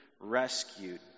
rescued